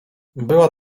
była